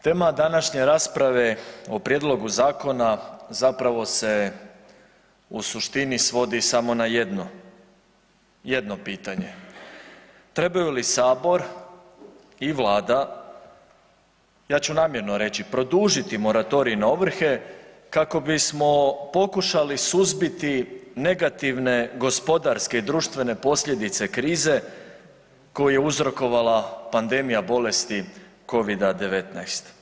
Tema današnje rasprave o Prijedlogu zakona zapravo se u suštini svodi samo na jedno, jedno pitanje, trebaju li Sabor i Vlada ja ću namjerno reći, produžiti moratorij na ovrhe kako bismo pokušali suzbiti negativne gospodarske i društvene posljedice krize koji je uzrokovala pandemija bolesti covida-19?